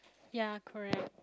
ya correct